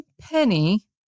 penny